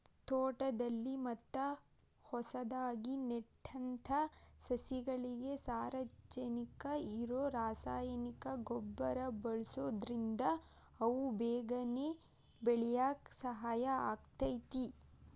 ತೋಟದಲ್ಲಿ ಮತ್ತ ಹೊಸದಾಗಿ ನೆಟ್ಟಂತ ಸಸಿಗಳಿಗೆ ಸಾರಜನಕ ಇರೋ ರಾಸಾಯನಿಕ ಗೊಬ್ಬರ ಬಳ್ಸೋದ್ರಿಂದ ಅವು ಬೇಗನೆ ಬೆಳ್ಯಾಕ ಸಹಾಯ ಆಗ್ತೇತಿ